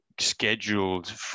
scheduled